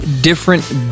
different